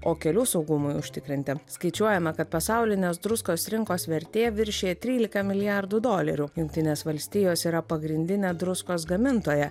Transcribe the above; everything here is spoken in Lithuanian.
o kelių saugumui užtikrinti skaičiuojama kad pasaulinės druskos rinkos vertė viršija trylika milijardų dolerių jungtinės valstijos yra pagrindinė druskos gamintoja